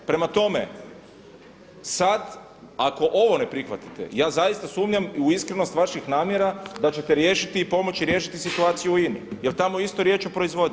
Prema tome sad ako ovo ne prihvatite, ja zaista sumnjam i u iskrenost vaših namjera da ćete riješiti i pomoći riješiti situaciju u INA-i jer tamo je isto riječ o proizvodnji.